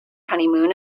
honeymoon